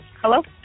Hello